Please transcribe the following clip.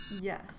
Yes